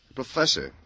professor